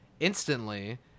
Instantly